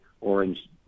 orange